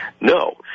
No